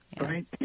Right